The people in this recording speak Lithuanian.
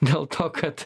dėl to kad